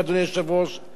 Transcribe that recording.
מתוך ידיעה: